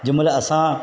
जंहिं महिल असां